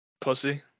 pussy